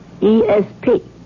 ESP